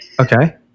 Okay